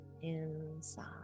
inside